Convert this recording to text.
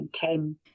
came